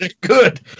good